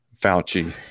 fauci